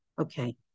Okay